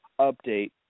update